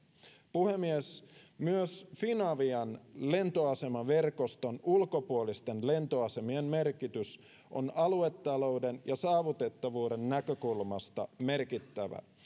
puhemies myös finavian lentoasemaverkoston ulkopuolisten lentoasemien merkitys on aluetalouden ja saavutettavuuden näkökulmasta merkittävä